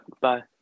Bye